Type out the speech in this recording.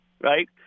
Right